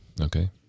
Okay